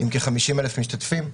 עם כ-50,000 משתתפים.